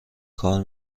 کار